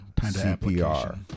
CPR